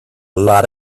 lot